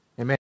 Amen